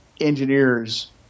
engineers